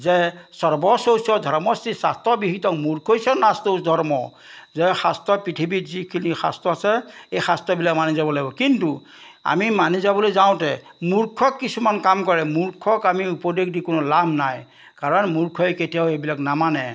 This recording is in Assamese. যে সৰ্বশেষ ধৰ্মশ্ৰী শাস্ত্ৰবিহিতং মূৰ্খই নাস্তস ধৰ্ম যে শাস্ত্ৰ পৃথিৱীত যিখিনি শাস্ত্ৰ আছে এই শাস্ত্ৰবিলাক মানি যাব লাগিব কিন্তু আমি মানি যাবলৈ যাওঁতে মূৰ্খক কিছুমান কাম কৰে মূৰ্খক আমি উপদেশ দি কোনো লাভ নাই কাৰণ মূৰ্খই কেতিয়াও এইবিলাক নামানে